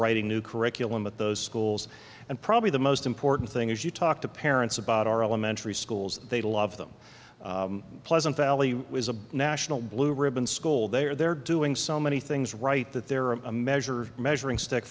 writing new curriculum at those schools and probably the most important thing is you talk to parents about our elementary schools they love them pleasant valley was a national blue ribbon school they are they're doing so many things right that there are a measure measuring stick